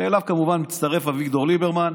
ואליו כמובן מצטרף אביגדור ליברמן,